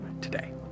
today